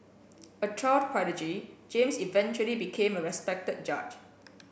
a child prodigy James eventually became a respected judge